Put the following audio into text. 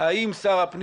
יו"ר הוועדה